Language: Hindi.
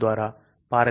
इन दवाओं को देखो